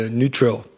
neutral